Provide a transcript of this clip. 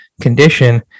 condition